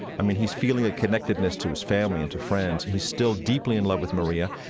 i mean, he's feeling a connectedness to his family and to friends. he's still deeply in love with maria,